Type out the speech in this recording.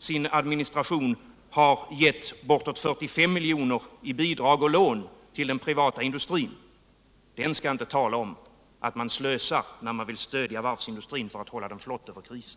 sin administration har givit bortåt 45 miljarder i bidrag och lån till den privata industrin, skall inte tala om att man slösar när man vill stödja varvsindustrin för att hålla den flott över krisen.